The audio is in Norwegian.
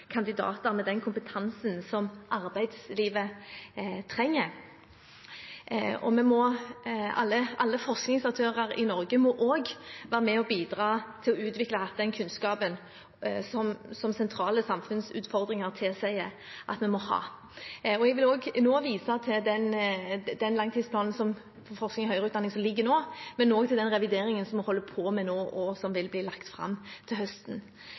kandidater med den kompetansen som arbeidslivet trenger, og alle forskningsaktører i Norge må være med og bidra til å utvikle den kunnskapen som sentrale samfunnsutfordringer tilsier at vi må ha. Jeg vil vise til den langtidsplanen for forskning og høyere utdanning som foreligger, men også til den revideringen som vi holder på med nå, og som vil bli lagt fram til høsten.